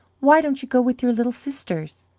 why don't you go with your little sisters?